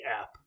app